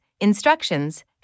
instructions